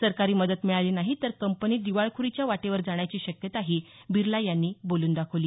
सरकारी मदत मिळाली नाही तर कंपनी दिवाळखोरीच्या वाटेवर जाण्याची शक्यताही बिर्ला यांनी बोलून दाखवली